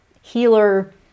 healer